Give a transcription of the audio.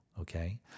okay